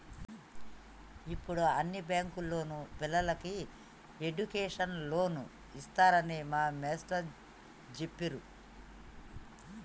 యిప్పుడు అన్ని బ్యేంకుల్లోనూ పిల్లలకి ఎడ్డుకేషన్ లోన్లు ఇత్తన్నారని మా మేష్టారు జెప్పిర్రు